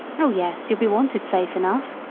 oh, yes, you'll be wanted safe enough,